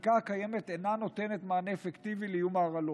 החקיקה הקיימת אינה נותנת מענה אפקטיבי לאיום ההרעלות,